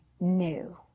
new